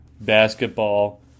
basketball